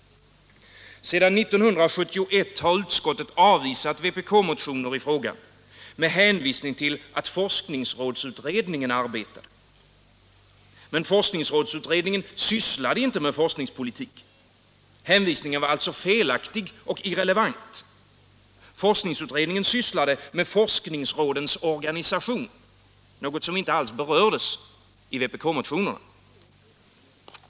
Sedan 1971 har utskottet avvisat vpk-motioner i frågan med hänvisning till att forskningsrådsutredningen arbetade. Men forskningsrådsutredningen sysslade inte med forskningspolitik. Hänvisningen var alltså felaktig och irrelevant. Forskningsrådsutredningen sysslade med forskningsrådens organisation, något som inte alls berördes i vpk-motionerna.